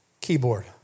keyboard